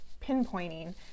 pinpointing